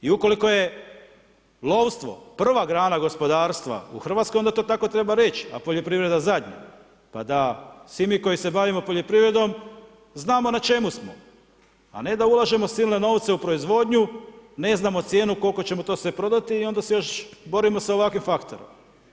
I ukoliko je lovstvo prva grana gospodarstva u Hrvatskoj, onda to treba tako reć, a poljoprivreda zadnja , pa da svi mi koji se bavimo poljoprivredom, znamo na čemu smo a ne da ulažemo silne novce u proizvodnju, ne znamo cijenu koliko ćemo to sve prodati i onda se još borimo sa ovakvim faktorom.